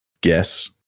guess